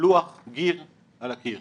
לוח גיר על הקיר.